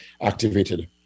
activated